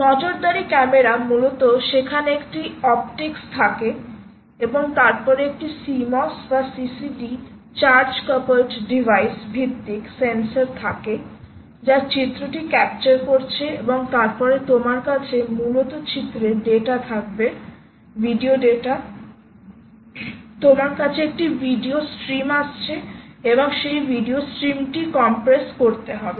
নজরদারি ক্যামেরা মূলত সেখানে একটি অপটিক্স থাকে এবং তারপরে একটি CMOS বা ccd চার্জ কাপলড ডিভাইস ভিত্তিক সেন্সর থাকে যা চিত্রটি ক্যাপচার করছে এবং তারপরে তোমার কাছে মূলত চিত্রের ডেটা থাকবে ভিডিও ডেটা তোমার কাছে একটি ভিডিও স্ট্রিম আসছে এবং সেই ভিডিও স্ট্রিমটি কম্প্রেস করতে হবে